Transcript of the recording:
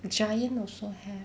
giant also have